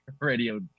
radio